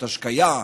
השקיה.